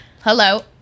Hello